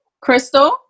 Crystal